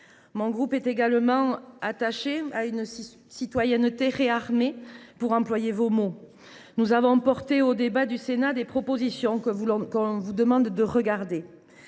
Mon groupe est également attaché à une citoyenneté « réarmée », pour employer vos mots. Nous avons soutenu, au Sénat, des propositions : nous vous demandons de les regarder.